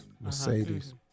Mercedes